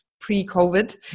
pre-COVID